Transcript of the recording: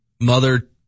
Mother